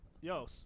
Yo